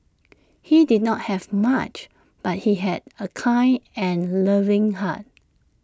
he did not have much but he had A kind and loving heart